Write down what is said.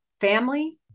family